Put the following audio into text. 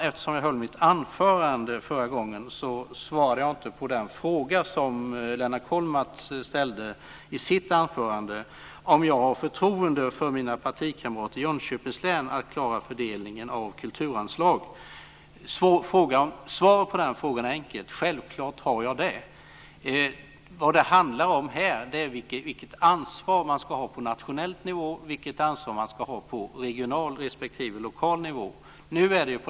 Eftersom jag höll mitt anförande förra gången svarade jag inte på den fråga som Lennart Kollmats ställde i sitt anförande, om jag har förtroende för att mina partikamrater i Jönköpings län klarar fördelningen av kulturanslagen. Svaret på den frågan är enkelt: Självklart har jag det. Här handlar det om vilket ansvar man ska ha på nationell, regional respektive lokal nivå.